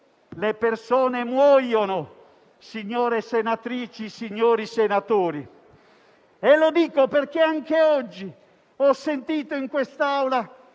le persone muoiono, signore senatrici e signori senatori. Lo dico perché anche oggi ho sentito in questa Aula